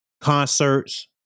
concerts